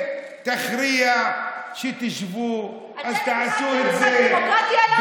שתכריע שתשבו, אתם שיחקתם משחק דמוקרטי היום?